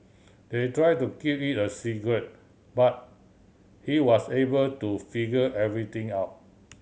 they tried to keep it a secret but he was able to figure everything out